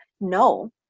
No